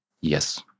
Yes